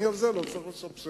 אני את זה לא צריך לסבסד.